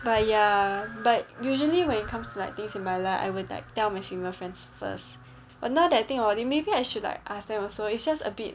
but ya but usually when it comes like things in my life I will like tell my female friends first but now that I think about it maybe I should like ask them also it's just a bit